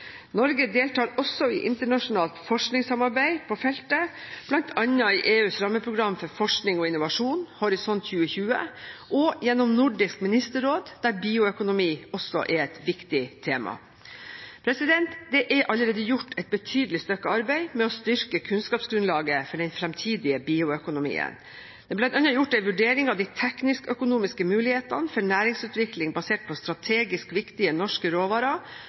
Norge deltar også i internasjonalt forskningssamarbeid på feltet, bl.a. i EUs rammeprogram for forskning og innovasjon, Horizon 2020, og gjennom Nordisk Ministerråd, der bioøkonomi også er et viktig tema. Det er allerede gjort et betydelig stykke arbeid med å styrke kunnskapsgrunnlaget for den fremtidige bioøkonomien. Det er bl.a. gjort en vurdering av de teknisk-økonomiske mulighetene for næringsutvikling basert på strategisk viktige norske råvarer,